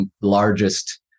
largest